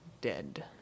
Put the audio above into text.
dead